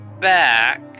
back